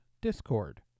Discord